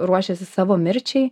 ruošėsi savo mirčiai